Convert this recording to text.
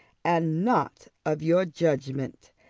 and not of your judgment.